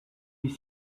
est